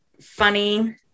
funny